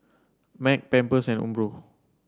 Mac Pampers and Umbro